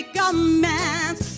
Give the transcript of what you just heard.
commands